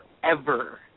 forever